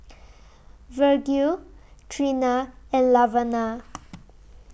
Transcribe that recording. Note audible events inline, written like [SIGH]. Virgil Treena and Laverna [NOISE]